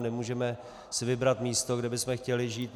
Nemůžeme si vybrat místo, kde bychom chtěli žít.